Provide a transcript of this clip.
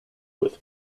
with